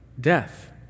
death